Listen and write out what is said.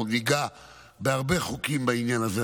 אנחנו ניגע בהרבה חוקים בעניין הזה.